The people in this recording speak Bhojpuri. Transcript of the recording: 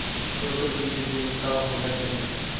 रोटो बीज ड्रिल का होला तनि बताई?